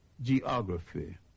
geography